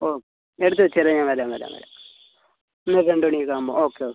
ഓ എടുത്ത് വെച്ചേരെ ഞാൻ വരാം വരാം വരാം ഇന്നൊരു രണ്ട് മണിയൊക്കെ ആവുമ്പോൾ ഓക്കെ ഓക്കെ